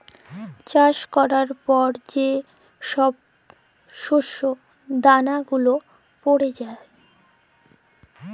চাষ ক্যরার পর যে ছব শস্য দালা গুলা প্যইড়ে থ্যাকে